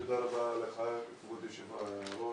לך כבוד היושב-ראש.